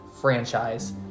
franchise